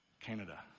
Canada